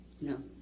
No